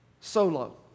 solo